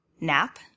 nap